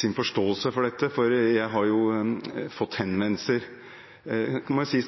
sin forståelse for dette, for jeg har fått henvendelser